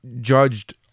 judged